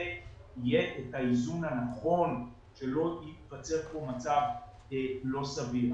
יהיה האיזון הנכון ושלא ייווצר כאן מצב לא סביר.